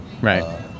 right